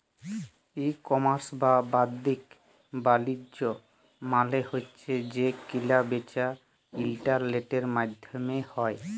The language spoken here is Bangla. ই কমার্স বা বাদ্দিক বালিজ্য মালে হছে যে কিলা বিচা ইলটারলেটের মাইধ্যমে হ্যয়